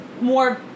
more